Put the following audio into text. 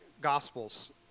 Gospels